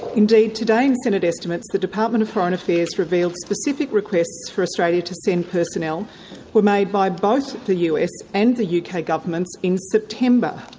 indeed, today in senate estimates the department of foreign affairs revealed specific requests for australia to send personnel were made by both the us and the uk yeah governments in september.